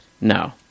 No